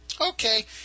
okay